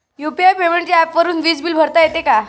UPI पेमेंटच्या ऍपवरुन वीज बिल भरता येते का?